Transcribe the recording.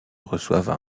reçoivent